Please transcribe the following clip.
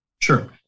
Sure